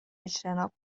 اجتناب